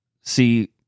See